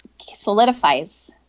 solidifies